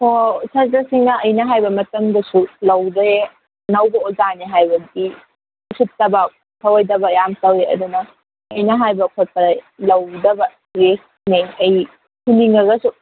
ꯑꯣ ꯁꯥꯠꯇ꯭ꯔꯁꯤꯡꯅ ꯑꯩꯅ ꯍꯥꯏꯕ ꯃꯇꯝꯗꯁꯨ ꯂꯧꯗ꯭ꯔꯦ ꯑꯅꯧꯕ ꯑꯣꯖꯥꯅꯦ ꯍꯥꯏꯕꯒꯤ ꯎꯁꯤꯠꯇꯕ ꯊꯑꯣꯏꯗꯕ ꯌꯥꯝ ꯇꯧꯋꯤ ꯑꯗꯨꯅ ꯑꯩꯅ ꯍꯥꯏꯕ ꯈꯣꯠꯄꯗ ꯂꯧꯗꯕꯒꯤꯅꯦ ꯑꯩ ꯐꯨꯅꯤꯡꯉꯒꯁꯨ